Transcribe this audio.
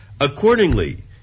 Accordingly